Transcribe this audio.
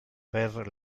per